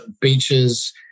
beaches